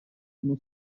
uno